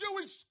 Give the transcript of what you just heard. Jewish